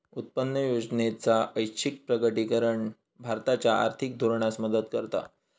उत्पन्न योजनेचा ऐच्छिक प्रकटीकरण भारताच्या आर्थिक धोरणास मदत करता